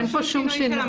אין פה שום שינויים.